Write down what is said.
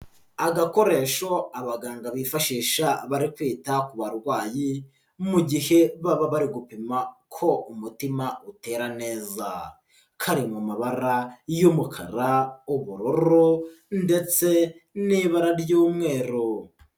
Agakoresho abaganga bifashisha bari kwita ku barwayi, mu gihe baba bari gupima ko umutima utera neza. Kari mu mabara y'umukara, ubururu ndetse n'ibara ry'umweru.